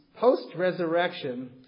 Post-resurrection